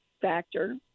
factor